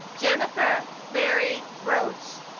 jennifer mary roach